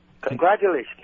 Congratulations